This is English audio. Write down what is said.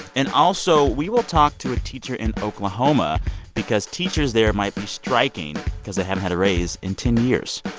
and also, we will talk to a teacher in oklahoma because teachers there might be striking because they haven't had a raise in ten years.